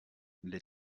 les